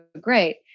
great